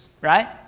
right